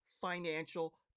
financial